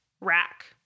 rack